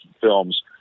films –